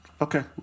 Okay